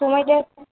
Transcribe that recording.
সময়টা একটু